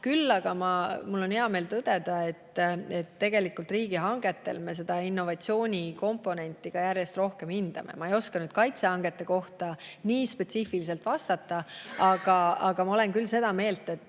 Küll aga mul on hea meel tõdeda, et tegelikult riigihangetel me seda innovatsioonikomponenti järjest rohkem hindame. Ma ei oska nüüd kaitsehangete kohta nii spetsiifiliselt vastata. Aga ma olen küll seda meelt, et